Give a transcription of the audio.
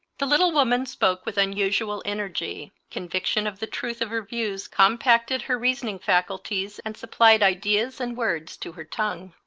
the little woman spoke with unusual energy. con viction of the truth of her views compacted her reason ing faculties and supplied ideas and words to her tongue.